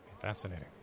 Fascinating